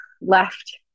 left